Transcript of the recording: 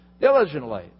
diligently